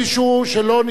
יקום עכשיו.